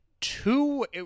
two